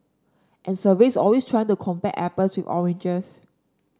and surveys always try to compare apples with oranges